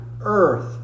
earth